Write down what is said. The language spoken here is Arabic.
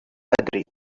أدري